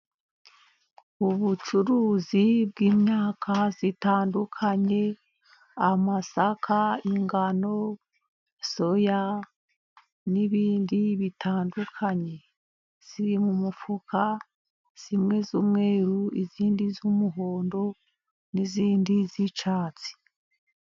Ubucuruzi bw'imyaka itandukanye. Amasaka, ingano, soya n'ibindi bitandukanye. Iri mu mifuka imwe y'umweru indi y'umuhondo n'iyindi y'icyatsi.